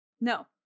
No